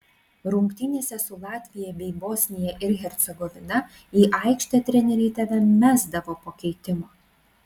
rungtynėse su latvija bei bosnija ir hercegovina į aikštę treneriai tave mesdavo po keitimo